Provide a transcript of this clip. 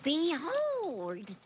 Behold